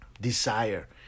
desire